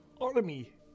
Army